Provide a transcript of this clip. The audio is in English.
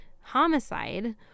homicide